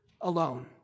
alone